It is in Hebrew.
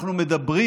אנחנו מדברים